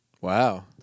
Wow